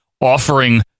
offering